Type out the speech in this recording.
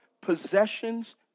possessions